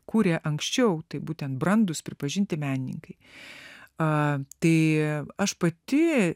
kūrė anksčiau tai būtent brandūs pripažinti menininkai tai aš pati